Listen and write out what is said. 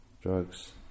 drugs